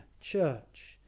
church